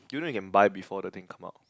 do you know you can buy before the thing come out